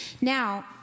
Now